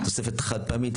זה תוספת חד פעמית,